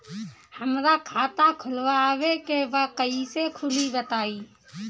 हमरा खाता खोलवावे के बा कइसे खुली बताईं?